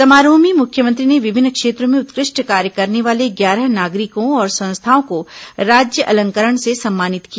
समारोह में मुख्यमंत्री ने विभिन्न क्षेत्रों में उत्कृष्ट कार्य करने वाले ग्यारह नागरिकों और संस्थाओं को राज्य अलंकरण से सम्मानित किया